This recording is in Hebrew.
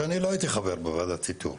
אני לא הייתי חבר בוועדת איתור,